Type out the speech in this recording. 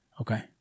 Okay